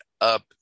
up